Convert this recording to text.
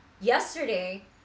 yesterday